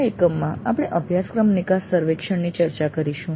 આ એકમમાં આપણે અભ્યાસક્રમ નિકાસ સર્વેક્ષણની ચર્ચા કરીશું